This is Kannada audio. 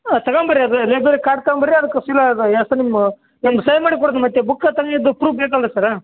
ತಗೊಂಬರ್ರೀ ಅದು ಲೈಬ್ರರಿ ಕಾರ್ಡ್ ತಗೊಂಬರ್ರೀ ಅದಕ್ಕೆ ಸೀಲ್ ಅದು ಹೆಸ್ರ್ ನಿಮ್ಮ ನಿಮ್ದು ಸೈನ್ ಮಾಡಿ ಕೊಡ್ತೀನಿ ಮತ್ತು ಬುಕ್ಕ ತಂದಿದ್ದು ಪ್ರೂಫ್ ಬೇಕಲ್ರಿ ಸರ್ರಾ